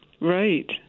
Right